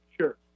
Sure